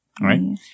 right